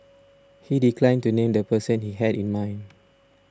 he declined to name the person he had in mind